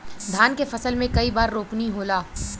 धान के फसल मे कई बार रोपनी होला?